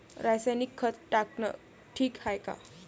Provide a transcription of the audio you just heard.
रासायनिक खत टाकनं ठीक हाये का?